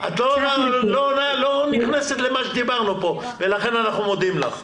את לא נכנסת למה שדיברנו פה ולכן אנחנו מודים לך.